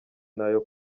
n’ayo